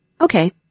Okay